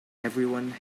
everyone